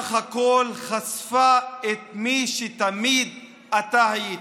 בסך הכול חשפה את מי שתמיד היית.